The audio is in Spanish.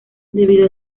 debido